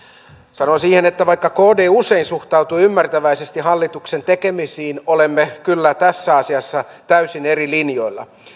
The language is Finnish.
sanon siihen että vaikka kd usein suhtautuu ymmärtäväisesti hallituksen tekemisiin olemme kyllä tässä asiassa täysin eri linjoilla